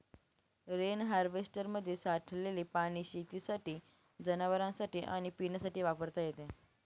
rain हार्वेस्टरमध्ये साठलेले पाणी शेतीसाठी, जनावरांनासाठी आणि पिण्यासाठी वापरता येते